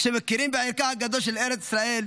כשמכירים בערכה הגדול של ארץ ישראל,